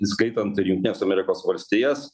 įskaitant ir jungtines amerikos valstijas